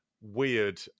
weird